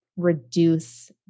reduce